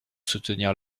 soutenir